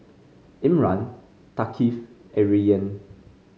Imran Thaqif and Rayyan